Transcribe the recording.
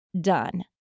done